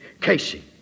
Casey